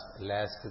last